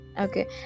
Okay